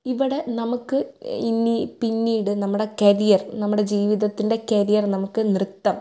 ഇവിടെ നമുക്ക് ഇനി പിന്നീട് നമ്മുടെ കരിയർ നമ്മുടെ ജീവിതത്തിൻ്റെ കരിയർ നമുക്ക് നൃത്തം